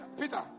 Peter